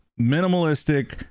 minimalistic